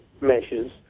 measures